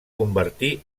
convertir